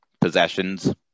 possessions